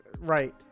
Right